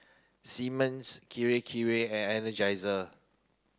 Simmons Kirei Kirei and Energizer